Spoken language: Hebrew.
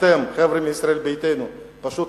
החבר'ה מישראל ביתנו, פשוט